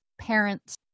parent's